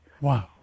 Wow